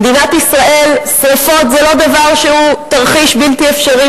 במדינת ישראל שרפות זה לא דבר שהוא תרחיש בלתי אפשרי.